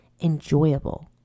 enjoyable